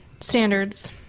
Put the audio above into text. standards